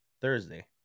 Thursday